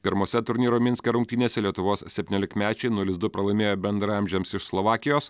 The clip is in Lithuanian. pirmose turnyro minske rungtynėse lietuvos septyniolikmečiai nulis du pralaimėjo bendraamžiams iš slovakijos